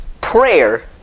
prayer